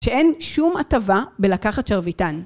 שאין שום הטבה בלקחת שרביטן.